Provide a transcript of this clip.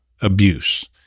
abuse